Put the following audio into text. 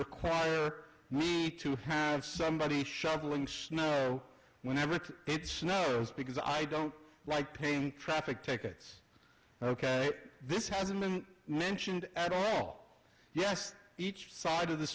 require me to have somebody shoveling snow whenever it snows because i don't like paying traffic tickets ok this hasn't been mentioned at all yes each side of the